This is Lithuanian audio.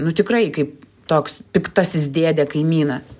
nu tikrai kaip toks piktasis dėdė kaimynas